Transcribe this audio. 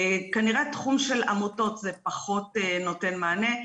כנראה התחום של עמותות פחות נותן מענה.